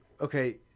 Okay